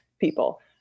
people